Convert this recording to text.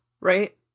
right